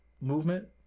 movement